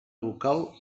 vocal